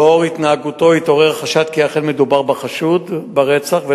לנוכח התנהגותו התעורר החשד כי אכן מדובר בחשוד ברצח,